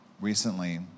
recently